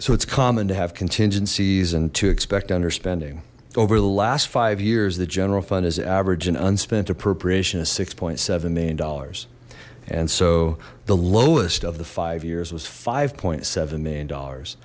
so it's common to have contingencies and to expect under spending over the last five years the general fund is average and unspent appropriation is six seven million dollars and so the lowest of the five years was five seven million dollars